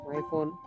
iPhone